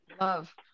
love